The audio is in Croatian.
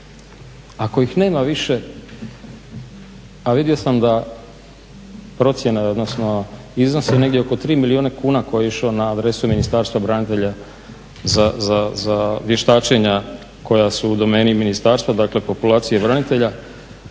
Ako ih nema više, a vidio sam da procjena, odnosno iznosi negdje oko 3 milijuna kuna koji je išao na adresu Ministarstva branitelja za vještačenja koja su u domeni ministarstva, dakle populacije branitelja,